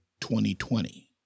2020